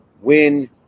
win